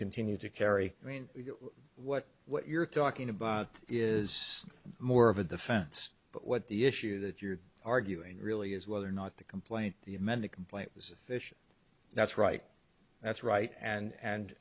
continue to carry i mean what what you're talking about is more of a defense but what the issue that you're arguing really is whether or not the complaint the amended complaint was official that's right that's right and a